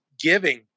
giving